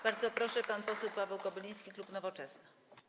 Bardzo proszę, pan poseł Paweł Kobyliński, klub Nowoczesna.